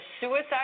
suicide